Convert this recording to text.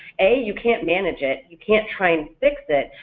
a you can't manage it, you can't try and fix it,